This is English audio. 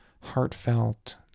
heartfelt